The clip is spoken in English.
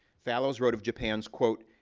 fallows wrote of japan's, quote,